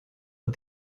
but